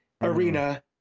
arena